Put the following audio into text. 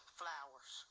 flowers